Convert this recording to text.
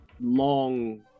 long